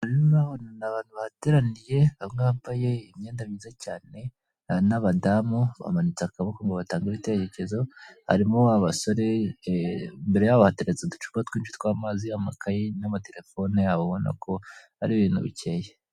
Ndabona hari abantu bahateraniye, bambaye imyenda myiza cyane n'abadamu bamanitse akaboko ngo batangage ibitekerezo harimo, abasore imbere yabo hateretse uducupa twa'amazi ,amakayeyi n'amatelefone yabo ubona ko ari ibintu bikeye.